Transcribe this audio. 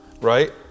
right